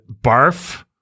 barf